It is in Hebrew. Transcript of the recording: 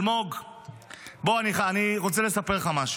אלמוג, בוא, אני רוצה לספר לך משהו.